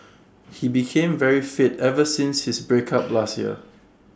he became very fit ever since his breakup last year